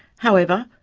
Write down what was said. however,